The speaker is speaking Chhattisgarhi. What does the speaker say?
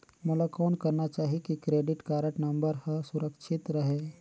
मोला कौन करना चाही की क्रेडिट कारड नम्बर हर सुरक्षित रहे?